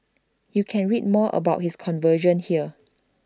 you can read more about his conversion here